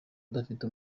udafite